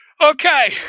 Okay